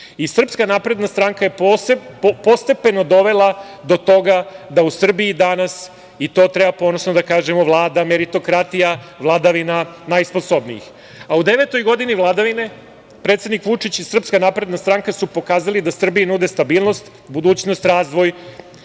Srbiji. Srpska napredna stranka je postepeno dovela do toga da u Srbiji danas i to treba s ponosom da kažemo vlada meritokratija, vladavina najsposobnijih. U devetoj godini vladavine, predsednik Vučić i SNS, su pokazali da Srbiji nude stabilnost, budućnost, razvoj,